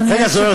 אדוני היושב-ראש,